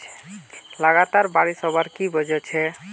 लगातार बारिश होबार की वजह छे?